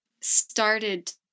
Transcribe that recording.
started